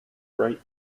right